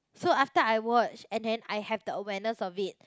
so after I watch and then I have the awareness of it